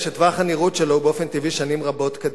ושטווח הנראות שלו הוא באופן טבעי שנים רבות קדימה.